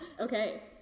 Okay